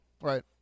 Right